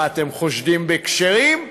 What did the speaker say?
מה, אתם חושדים בכשרים?